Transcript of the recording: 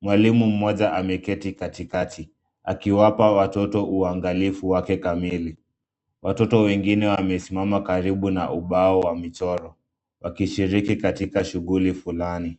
Mwalimu mmoja ameketi katikati, akiwapa watoto uangalifu wake kamili. Watoto wengine wamesimama karibu na ubao wa michoro, wakishiriki katika shughuli fulani.